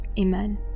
Amen